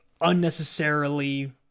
unnecessarily